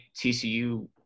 TCU